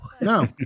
no